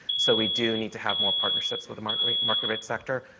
so we do need to have more partnerships with the market rate market rate sector.